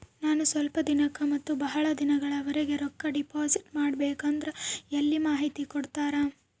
ನಾನು ಸ್ವಲ್ಪ ದಿನಕ್ಕ ಮತ್ತ ಬಹಳ ದಿನಗಳವರೆಗೆ ರೊಕ್ಕ ಡಿಪಾಸಿಟ್ ಮಾಡಬೇಕಂದ್ರ ಎಲ್ಲಿ ಮಾಹಿತಿ ಕೊಡ್ತೇರಾ?